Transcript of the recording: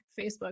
Facebook